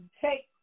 take